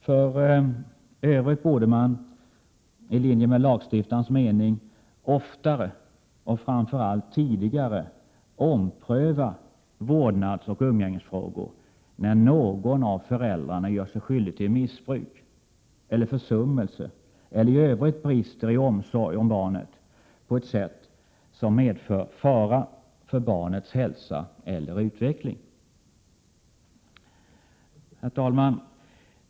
För övrigt borde man -— i linje med lagstiftarens mening — oftare och framför allt tidigare ompröva vårdnadsoch umgängesfrågor när någon av föräldrarna gör sig skyldig till missbruk eller försummelse eller i övrigt brister i omsorg om barnet på ett sätt som medför fara för barnets hälsa eller utveckling. Herr talman!